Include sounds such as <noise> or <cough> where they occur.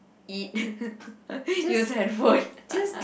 eat <laughs> use handphone